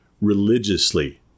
religiously